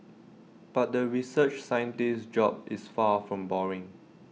but the research scientist's job is far from boring